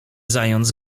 zając